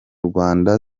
rwanda